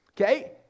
Okay